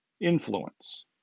influence